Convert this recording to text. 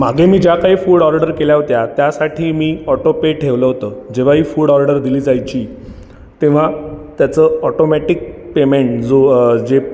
मागे मी ज्या काही फूड ऑर्डर केल्या होत्या त्यासाठी मी ऑटो पे ठेवलं होतं जेव्हाही फूड ऑर्डर दिली जायची तेव्हा त्याचं ऑटोमॅटीक पेमेंट जो जे